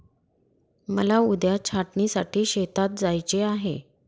मला उद्या छाटणीसाठी शेतात जायचे आहे